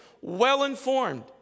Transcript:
well-informed